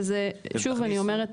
ושוב אני אומרת,